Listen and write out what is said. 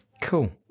cool